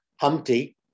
Humpty